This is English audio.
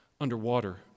underwater